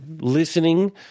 listening